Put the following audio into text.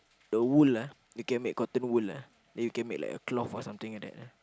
the wool ah then can make cotton wool ah then you can make like a cloth something like that ah